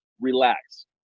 relax